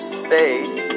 space